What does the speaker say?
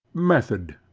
method.